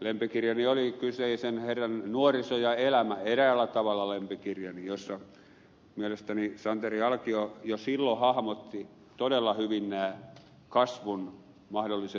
lempikirjani oli kyseisen herran nuoriso ja elämä eräällä tavalla lempikirjani jossa mielestäni santeri alkio jo silloin visioi todella hyvin nämä kasvun mahdollisti